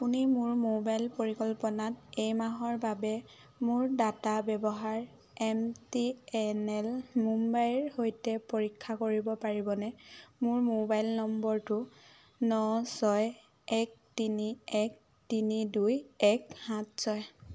আপুনি মোৰ মোবাইল পৰিকল্পনাত এই মাহৰ বাবে মোৰ ডাটা ব্যৱহাৰ এম টি এন এল মুম্বাইৰ সৈতে পৰীক্ষা কৰিব পাৰিবনে মোৰ মোবাইল নম্বৰটো ন ছয় এক তিনি এক তিনি দুই এক সাত ছয়